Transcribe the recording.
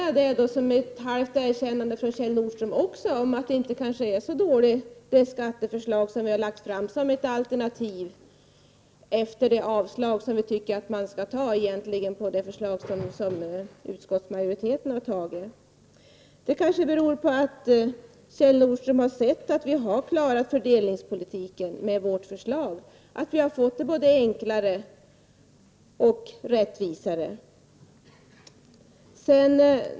Jag tolkar det som ett halvt erkännande från Kjell Nordström av att det skatteförslag som vi har lagt fram inte är så dåligt som alternativ om utskottsmajoritetens förslag skulle avslås Det kanske beror på att Kjell Nordström har sett att vi har klarat fördelningspolitiken i vårt förslag och att vi har gjort det både enklare och rättvisare.